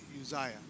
Uzziah